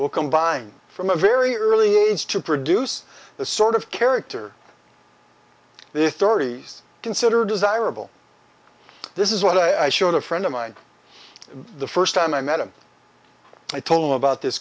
were combined from a very early age to produce the sort of character the authorities consider desirable this is what i showed a friend of mine the first time i met him i told him about this